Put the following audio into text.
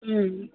ಹ್ಞೂ